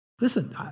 Listen